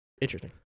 Interesting